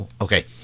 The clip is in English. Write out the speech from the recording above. okay